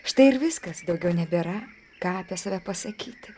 štai ir viskas daugiau nebėra ką apie save pasakyti